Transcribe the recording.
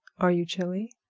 are you chilly?